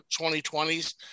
2020s